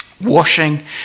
washing